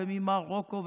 ממרוקו,